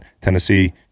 Tennessee